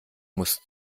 muss